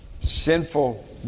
sinful